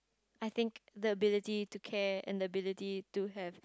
I think the ability to care and the ability to have